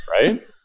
Right